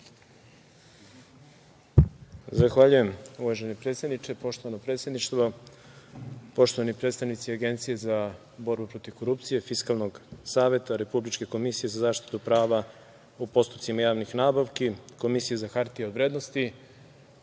Zahvaljujem, uvaženi predsedniče. Poštovano predsedništvo, poštovani predstavnici Agencije za borbu protiv korupcije, Fiskalnog saveta, Republičke komisije za zaštitu prava po postupcima javnih nabavki, Komisije za hartije od vrednosti,